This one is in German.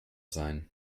sein